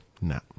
no